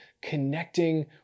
connecting